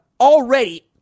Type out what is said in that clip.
already